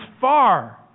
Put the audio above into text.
far